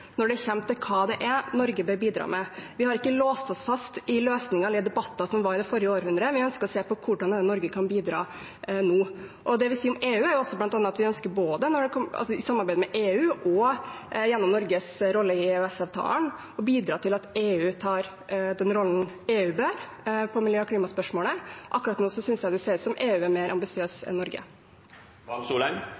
når det kommer til hva Norge bør bidra med. Vi har ikke låst oss fast i løsninger eller i debatter som var i det forrige århundre. Vi ønsker å se på hvordan Norge kan bidra nå. Det vi sier om EU, er bl.a. at vi ønsker, både i samarbeid med EU og gjennom Norges rolle i EØS-avtalen, å bidra til at EU tar den rollen EU bør ta i miljø- og klimaspørsmål. Akkurat nå synes jeg det ser ut som om EU er mer ambisiøs